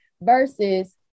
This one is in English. Versus